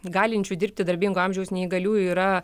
galinčių dirbti darbingo amžiaus neįgaliųjų yra